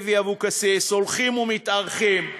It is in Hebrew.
לוי אבקסיס, הולכים ומתארכים,